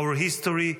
our history,